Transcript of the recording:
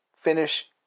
finish